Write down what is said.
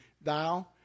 thou